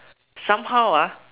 somehow ah